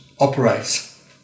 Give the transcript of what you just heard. operates